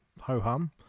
Ho-hum